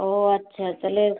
ও আচ্ছা তাহলে